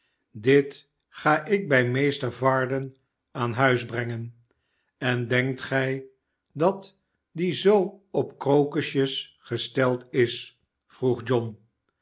dit ga ik bij meester varden aan huis brengen en denkt gij dat die zoo op krokusjes gesteld is vroeg john